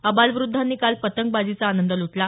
आबालवृद्धांनी काल पतंगबाजीचा आनंद लुटला